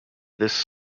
this